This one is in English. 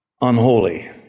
unholy